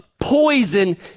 poison